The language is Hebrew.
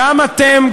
גם אתם,